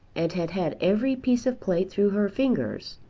and had had every piece of plate through her fingers,